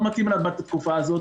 לא מתאים בתקופה הזו,